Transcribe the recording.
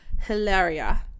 Hilaria